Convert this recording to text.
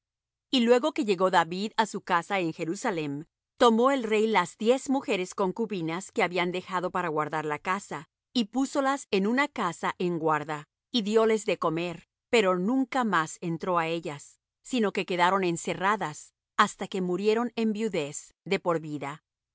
y luego que llegó david á su casa en jerusalem tomó el rey las diez mujeres concubinas que había dejado para guardar la casa y púsolas en una casa en guarda y dióles de comer pero nunca más entró á ellas sino que quedaron encerradas hasta que murieron en viudez de por vida